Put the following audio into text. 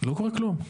לא קורה כלום.